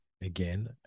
Again